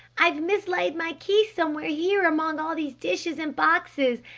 i've mislaid my key somewhere here among all these dishes and boxes.